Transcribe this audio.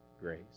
grace